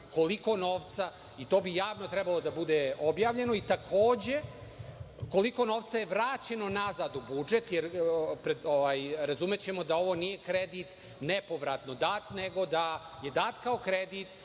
koliko novca i to bi javno trebalo da bude objavljeno i, takođe, koliko novca je vraćeno nazad u budžet, jer razumećemo da ovo nije kredit nepovratno dat, nego da je dat kao kredit